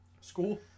school